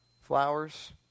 Flowers